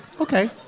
Okay